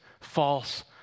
false